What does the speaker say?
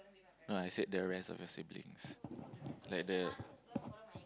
no lah I said the rest of your siblings like the